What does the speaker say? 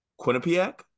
Quinnipiac